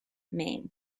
maine